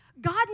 God